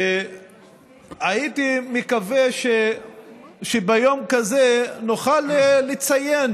הייתי מקווה שביום כזה נוכל לציין